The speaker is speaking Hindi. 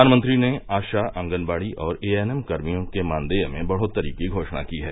प्रधानमंत्री ने आशा आंगनवाड़ी और ए एन एम कर्मियों के मानदेय में बढोतरी की घोषणा की है